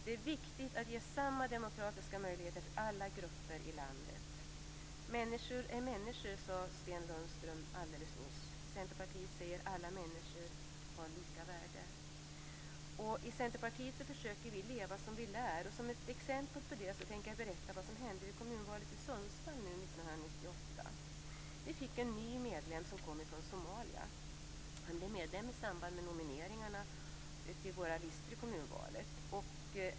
Det är viktigt att ge samma demokratiska möjligheter till alla grupper i landet. Människor är människor, sade Sten Lundström alldeles nyss. Centerpartiet säger: Alla människor har lika värde. I Centerpartiet försöker vi leva som vi lär. Som ett exempel på det tänker jag berätta vad som hände vid kommunvalet i Sundsvall 1998. Vi fick en ny medlem, som kommer ifrån Somalia. Han blev medlem i samband med nomineringarna till våra listor i kommunvalet.